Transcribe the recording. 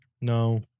No